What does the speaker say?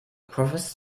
prophets